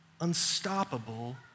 unstoppable